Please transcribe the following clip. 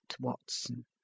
watson